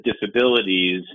disabilities